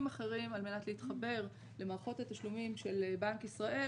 אחרים על מנת להתחבר למערכות התשלומים של בנק ישראל